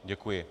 Děkuji.